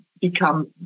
become